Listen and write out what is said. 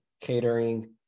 catering